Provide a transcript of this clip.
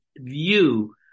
view